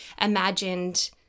imagined